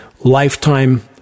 lifetime